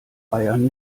eiern